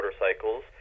motorcycles